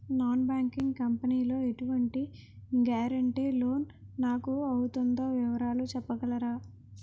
Non banking company లో ఎటువంటి guarantee loan నాకు అవుతుందో వివరాలు చెప్పగలరా?